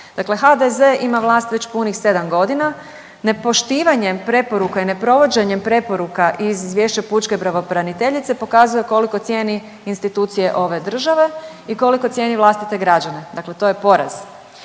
HDZ ima vlast već punih 7 godina. Nepoštivanjem preporuka i ne provođenjem preporuka iz izvješća pučke pravobraniteljice pokazuje koliko cijeni institucije ove države i koliko cijeni vlastite građane. Dakle, to je poraz.